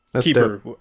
Keeper